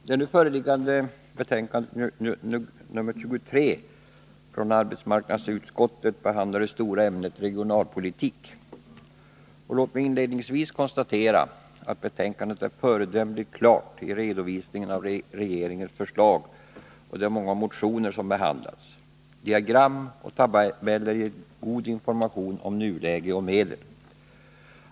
Herr talman! Det nu föreliggande betänkandet nr 23 från arbetsmarknadsutskottet behandlar det stora ämnet regionalpolitik. Låt mig inledningsvis konstatera att betänkandet är föredömligt klart i redovisningen av regeringens förslag och de många motioner som behandlas. Diagram och tabeller ger god information om nuläge och medel.